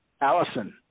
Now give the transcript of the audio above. Allison